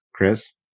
Chris